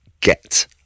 get